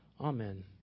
Amen